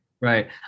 Right